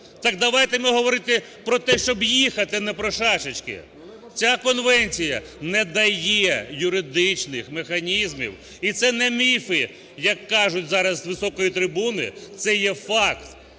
Так давайте ми говорити про те, щоб їхати, а не про шашечки. Ця конвенція не дає юридичних механізмів і це не міфи, як кажуть зараз з високої трибуни, це є факт.